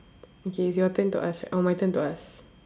okay it's your turn to ask or my turn to ask